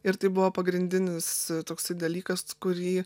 ir tai buvo pagrindinis toksai dalykas kurį